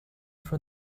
for